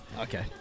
Okay